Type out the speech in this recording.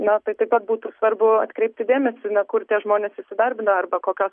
na tai taip pat būtų svarbu atkreipti dėmesį na kur tie žmonės įsidarbina arba kokios